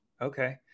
Okay